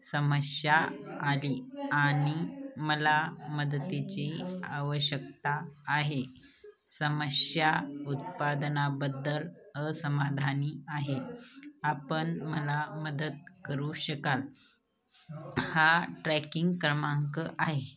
समस्या आली आणि मला मदतीची आवश्यकता आहे समस्या उत्पादनाबद्दल असमाधानी आहे आपण मला मदत करू शकाल हा ट्रॅकिंग क्रमांक आहे